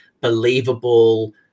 believable